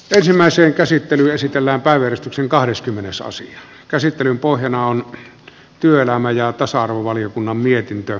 ensimmäisen käsittely esitellään päivystyksen kahdeskymmenes suosi käsittelyn pohjana on työelämä ja tasa arvovaliokunnan mietintö